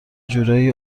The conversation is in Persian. جورایی